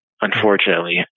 unfortunately